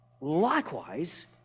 likewise